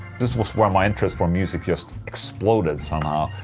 this was where my interest for music just exploded somehow.